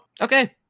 Okay